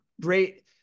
great